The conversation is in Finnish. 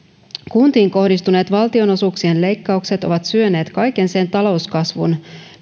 kuntiin kohdistuneet valtionosuuksien leikkaukset ovat syöneet kaiken sen talouskasvun